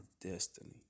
destiny